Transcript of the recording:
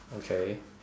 okay